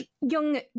Young